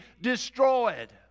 destroyed